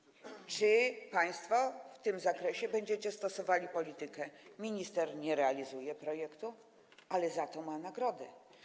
Czy państwo w tym zakresie będziecie stosowali politykę: minister nie realizuje projektu, ale za to ma nagrody?